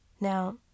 Now